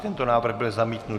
Tento návrh byl zamítnut.